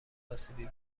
اسیبی